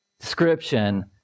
description